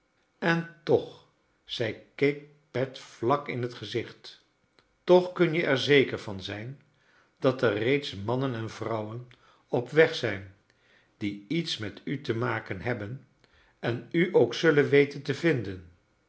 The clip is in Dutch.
en toch zij keek pet vlak in het gezicht toch kun je er zeker van zijn dat er reeds mannen en vrouwen op weg zijn die iets met u te maken hebben en u ook zullen weten te vinden